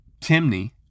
Timney